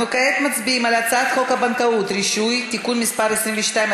אנחנו כעת מצביעים על הצעת חוק הבנקאות (רישוי) (תיקון מס' 22),